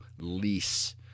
lease